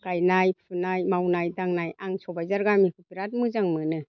गायनाय फुनाय मावनाय दांनाय आं सबायजार गामिखौ बिराद मोजां मोनो